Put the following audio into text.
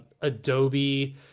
Adobe